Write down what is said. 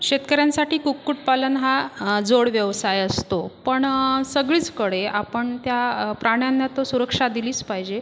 शेतकऱ्यांसाठी कुक्कुटपालन हा जोडव्यवसाय असतो पण सगळीचकडे आपण त्या प्राण्यांना तो सुरक्षा दिलीच पाहिजे